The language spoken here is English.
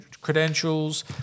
credentials